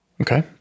Okay